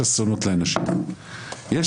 יש